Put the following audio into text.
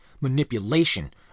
manipulation